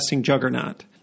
juggernaut